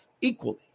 equally